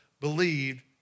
believed